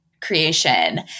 creation